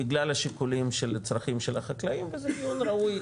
בגלל השיקולים של הצרכים של החקלאים וזה דיון ראוי,